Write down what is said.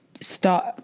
start